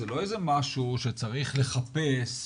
זה לא איזה משהו שצריך לחפש,